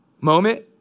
moment